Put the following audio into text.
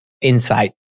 insight